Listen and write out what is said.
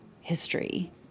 history